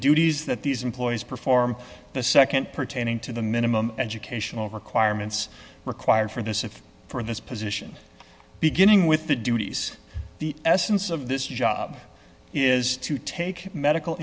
duties that these employees perform the nd pertaining to the minimum educational requirements required for this if for this position beginning with the duties the essence of this job is to take medical